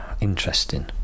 interesting